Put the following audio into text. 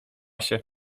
się